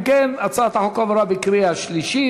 אם כן, הצעת החוק עברה בקריאה שלישית